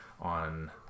on